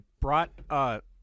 brought